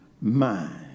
mind